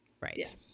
Right